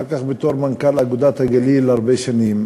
אחר כך בתור מנכ"ל "אגודת הגליל" הרבה שנים,